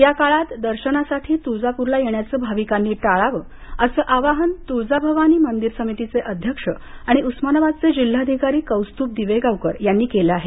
या काळात दर्शनासाठी तुळजाप्रला येण्याचं भाविकांनी टाळावं असं आवाहन तुळजाभवानी मंदिर समितीचे अध्यक्ष आणि उस्मानाबादचे जिल्हाधिकारी कौस्तूभ दिवेगावकर यांनी केल आहे